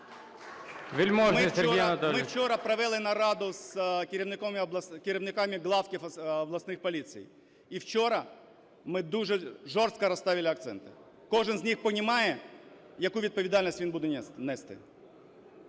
Ми вчора провели нараду з керівниками главків обласних поліцій, і вчора ми дуже жорстко расставили акценти. Кожен з них понимает, яку відповідальність він буде нести.